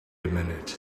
minute